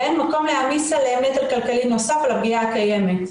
ואין מקום להעמיס עליהם נטל כלכלי נוסף על הפגיעה הקיימת.